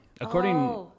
According